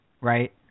right